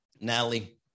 Natalie